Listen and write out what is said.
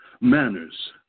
manners